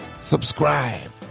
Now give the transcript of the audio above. subscribe